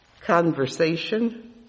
conversation